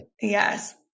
Yes